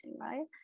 right